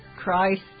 Christ